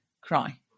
cry